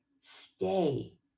stay